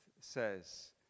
says